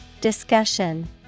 Discussion